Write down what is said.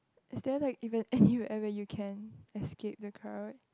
is there like even anywhere where you can escape the crowd